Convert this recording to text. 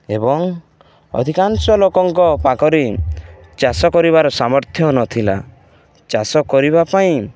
ଏବଂ ଅଧିକାଂଶ ଲୋକଙ୍କ ପାଖରେ ଚାଷ କରିବାର ସାମର୍ଥ୍ୟ ନଥିଲା ଚାଷ କରିବା ପାଇଁ